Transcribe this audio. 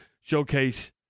showcase